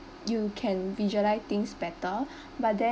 you can visualise things better but then